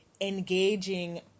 engaging